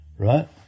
Right